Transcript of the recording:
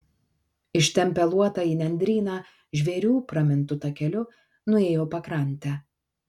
ištempę luotą į nendryną žvėrių pramintu takeliu nuėjo pakrante